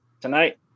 tonight